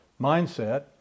mindset